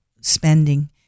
spending